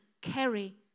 carry